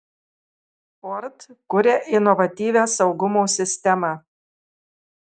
ford kuria inovatyvią saugumo sistemą